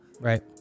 Right